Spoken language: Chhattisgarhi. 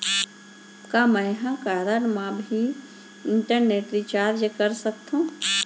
का मैं ह कारड मा भी इंटरनेट रिचार्ज कर सकथो